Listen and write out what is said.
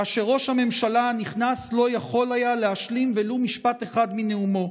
כאשר ראש הממשלה הנכנס לא יכול היה להשלים ולו משפט אחד מנאומו,